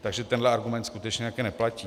Takže tenhle argument skutečně neplatí.